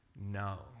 no